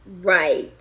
Right